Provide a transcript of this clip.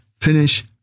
finish